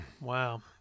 Wow